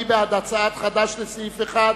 מי בעד הצעת קבוצת חד"ש לסעיף 1?